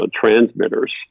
transmitters